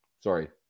Sorry